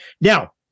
Now